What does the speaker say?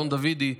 אלון דוידי,